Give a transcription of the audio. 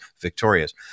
victorious